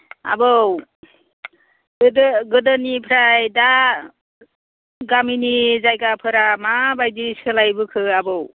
आबौ गोदो गोदोनिफ्राय दा गामिनि जायगाफोरा माबायदि सोलायबोखो आबौ